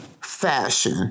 fashion